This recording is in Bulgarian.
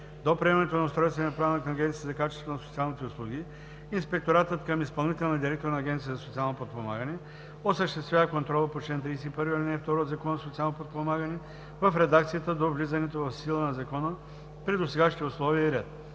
До приемането на Устройствения правилник на Агенцията за качеството на социалните услуги инспекторатът към изпълнителния директор на Агенцията за социално подпомагане осъществява контрола по чл. 31, ал. 2 от Закона за социално подпомагане в редакцията до влизането в сила на закона при досегашните условия и ред.“